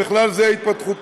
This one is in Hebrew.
ובכלל זה התפתחות